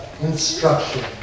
instruction